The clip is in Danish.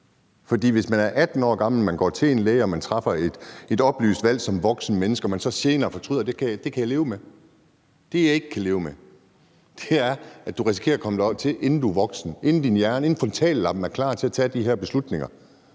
For hvis man er 18 år gammel, går til en læge og træffer et oplyst valg som voksent menneske, men så senere fortryder det, kan jeg leve med det. Det, jeg ikke kan leve med, er, at du risikerer at komme derop, inden du er voksen, inden frontallappen er klar til at tage de her beslutninger,